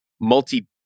multi